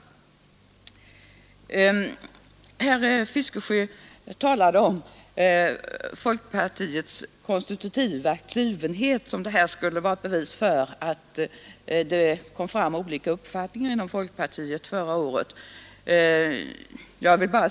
Herr Fiskesjö talade om folkpartiets konstitutiva kluvenhet och menade att ett bevis härför var att det fördes fram olika uppfattningar inom folkpartiet förra året i denna fråga.